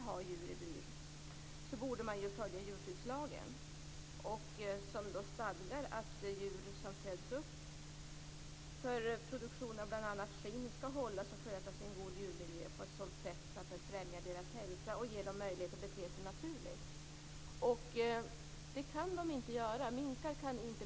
Kommer det något förslag som kanske förbjuder burhållning eller åtminstone förbättrar för minkarna så att de kan bete sig naturligt?